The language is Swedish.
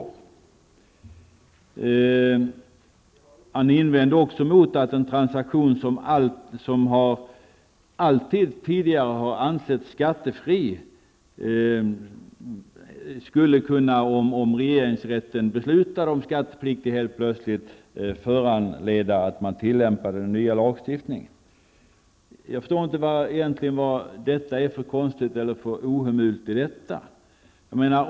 Lars Bäckström invände också emot att det faktum att regeringsrätten beslutar att en transaktion som alltid tidigare varit skattefri helt plötsligt skall vara skattepliktig skulle föranleda att man tillämpar den nya lagstiftningen. Jag förstår inte vad som är så ohemult i detta.